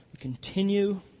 continue